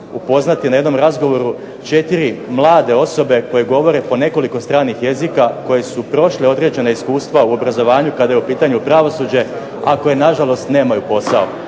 upoznati na jednom razgovoru 4 mlade osobe koje govore po nekoliko stranih jezika, koje su prošle određena iskustva u obrazovanju kada je u pitanju pravosuđe, a koje nažalost nemaju posao.